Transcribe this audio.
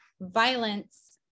violence